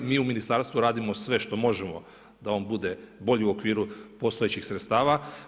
Mi u ministarstvu radimo sve što možemo da on bude u okviru postojećih sredstava.